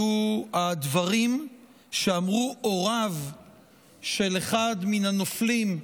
היה הדברים שאמרו הוריו של אחד מן הנופלים,